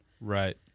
Right